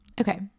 okay